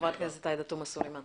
חברת הכנסת עאידה תומא סלימאן.